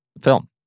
film